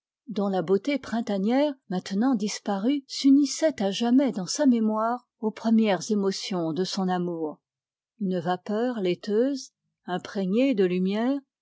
dont la beauté printanière maintenant disparue s'unissait à jamais dans sa mémoire aux premières émotions de son amour une vapeur laiteuse imprégnée de lumière